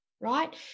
right